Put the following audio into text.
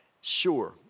sure